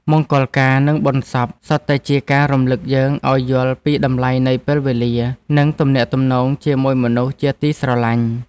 មង្គលការ និងបុណ្យសពសុទ្ធតែជាការរំលឹកយើងឱ្យយល់ពីតម្លៃនៃពេលវេលា និងទំនាក់ទំនងជាមួយមនុស្សជាទីស្រឡាញ់។